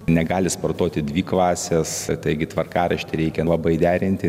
negali sportuoti dvi klasės taigi tvarkaraštį reikia labai derinti